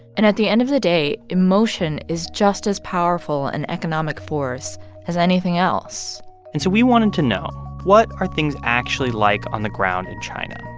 and at the end of the day, emotion is just as powerful an economic force as anything else and so we wanted to know what are things actually like on the ground in china?